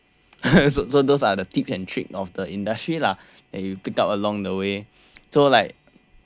so those are the tips and tricks of the industry lah and you pick up along the way so like